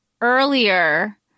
earlier